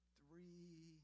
three